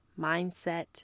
mindset